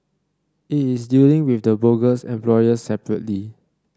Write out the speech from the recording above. it is dealing with the bogus employers separately